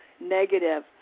negative